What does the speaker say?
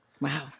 Wow